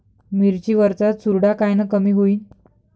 मिरची वरचा चुरडा कायनं कमी होईन?